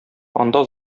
анда